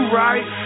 right